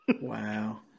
Wow